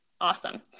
awesome